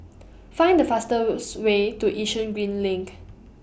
Find The fastest Way to Yishun Green LINK